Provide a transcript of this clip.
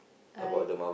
I